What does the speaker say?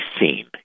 seen